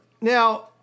Now